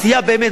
מה צריך לעשות,